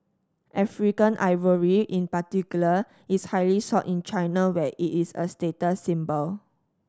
African ivory in particular is highly sought in China where it is a status symbol